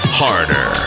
harder